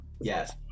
yes